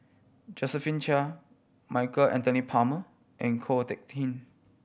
Josephine Chia Michael Anthony Palmer and Ko Teck Kin